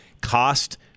cost